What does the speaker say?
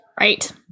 Right